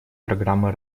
программы